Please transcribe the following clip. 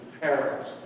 perils